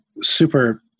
super